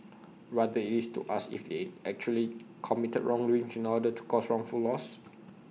rather IT is to ask if they actually committed wrongdoing in order to cause wrongful loss